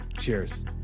Cheers